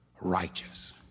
righteous